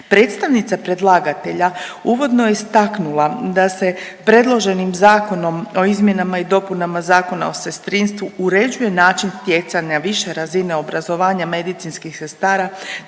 Predstavnica predlagatelja uvodno je istaknula da se predloženim Zakonom o izmjenama i dopunama Zakona o sestrinstvu uređuje način utjecanja više razine obrazovanja medicinskih sestara,